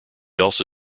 also